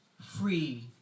free